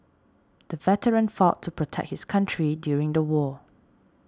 the veteran fought to protect his country during the war